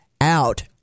out